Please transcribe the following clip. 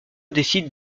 décide